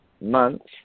months